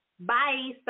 bye